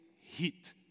heat